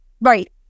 Right